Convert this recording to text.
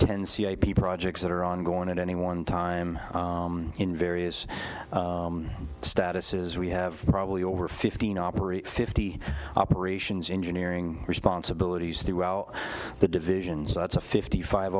ten c a p projects that are ongoing at any one time in various statuses we have probably over fifteen operate fifty operations engineering responsibilities throughout the division so that's a fifty